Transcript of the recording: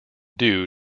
due